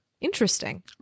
Interesting